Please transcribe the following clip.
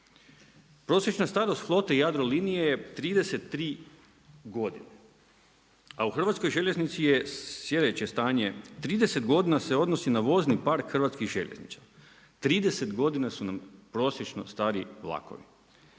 Prosječna starost flote Jadrolinije je 33 godine, a u Hrvatskoj željeznici je sljedeće stanje 30 godina se odnosi na vozni park Hrvatskih željeznica. 30 godina su nam prosječno stari vlakovi.